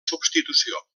substitució